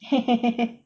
ha ha ha ha